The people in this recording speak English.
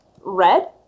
Red